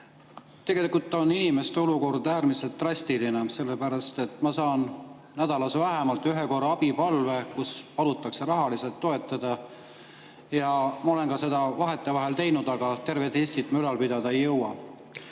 Tegelikult on inimeste olukord äärmiselt drastiline. Ma saan nädalas vähemalt ühe korra abipalve, kus palutakse rahaliselt toetada. Ma olen seda vahetevahel teinud, aga tervet Eestit ma ülal pidada ei jõua.